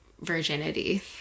virginity